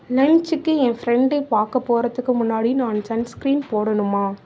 லன்ச்சுக்கு என் ஃப்ரெண்டை பார்க்க போகிறதுக்கு முன்னாடி நான் சன்ஸ்கிரீன் போடணுமா